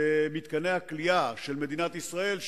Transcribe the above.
זה מתקני הכליאה של מדינת ישראל,